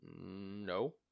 No